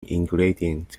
ingredient